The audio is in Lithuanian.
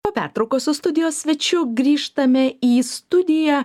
po pertraukos su studijos svečiu grįžtame į studiją